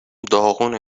داغونه